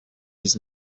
his